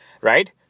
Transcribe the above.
right